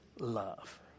Love